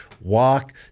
walk